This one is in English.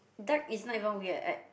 duck is not even weird right